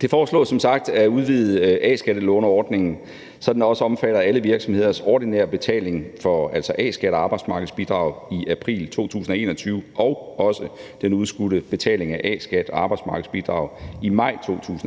Det foreslås som sagt at udvide A-skattelåneordningen, så den også omfatter alle virksomheders ordinære betaling af A-skat og arbejdsmarkedsbidrag i april 2021 og også den udskudte betaling af A-skat og arbejdsmarkedsbidrag i maj 2021,